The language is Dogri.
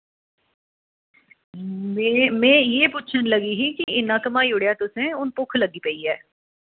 में में इयै पुच्छन लगी ही कि इन्ना घमाई ओड़ेआ तुसैं हुन भुक्ख लग्गी पेई ऐ